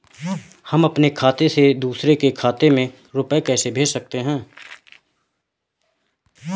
हम अपने खाते से दूसरे के खाते में रुपये कैसे भेज सकते हैं?